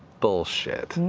bullshit.